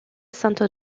sainte